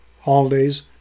holidays